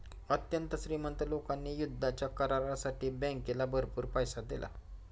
अत्यंत श्रीमंत लोकांनी युद्धाच्या करारासाठी बँकेला भरपूर पैसा दिला